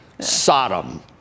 Sodom